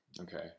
Okay